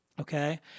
Okay